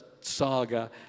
saga